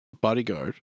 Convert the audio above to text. Bodyguard